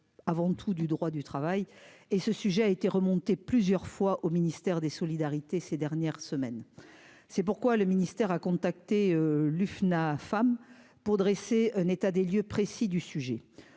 avant tout du droit du travail et ce sujet a été remonté plusieurs fois au ministère des solidarités ces dernières semaines, c'est pourquoi le ministère a contacté Lucena femmes pour dresser un état des lieux précis du sujet